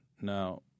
Now